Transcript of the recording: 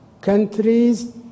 countries